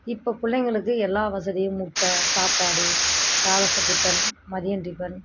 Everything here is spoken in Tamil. இப்போ பிள்ளைங்களுக்கு எல்லா வசதியும் முட்டை சாப்பாடு காலை ச டிபன் மதிய டிபன்